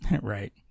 right